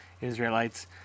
Israelites